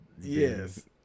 yes